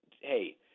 hey